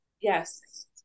Yes